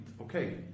okay